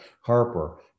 Harper